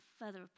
further